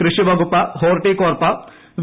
കൃഷിവകൂപ്പ് Horticorp V